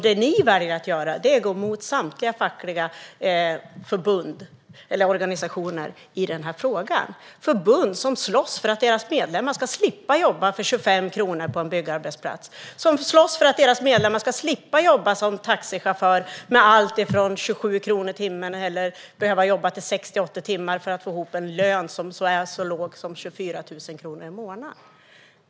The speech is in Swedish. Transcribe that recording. Det ni väljer att göra är att gå emot samtliga fackliga organisationer i denna fråga - förbund som slåss för att deras medlemmar ska slippa jobba för 25 kronor på en byggarbetsplats, jobba som taxichaufförer med allt från 27 kronor i timmen eller jobba upp till 60-80 timmar för att få ihop en lön som är så låg som 24 000 kronor i månaden.